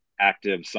active